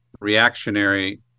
reactionary